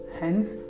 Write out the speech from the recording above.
Hence